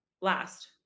last